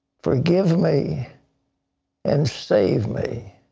forgive me and save me.